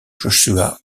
joshua